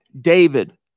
David